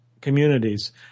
communities